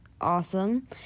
awesome